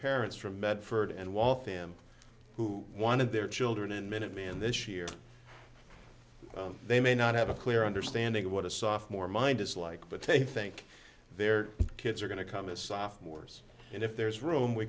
parents from medford and walk him who wanted their children in minute me and this year they may not have a clear understanding of what a sophomore mind is like but tafe think their kids are going to come a sophomores and if there's room we